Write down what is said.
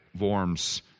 Worms